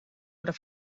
would